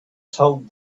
told